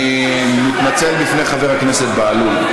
הוא אמר, אני מתנצל בפני חבר הכנסת בהלול.